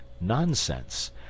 nonsense